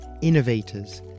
innovators